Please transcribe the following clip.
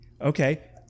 Okay